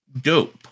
Dope